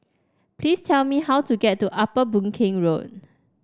please tell me how to get to Upper Boon Keng Road